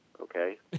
okay